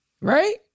Right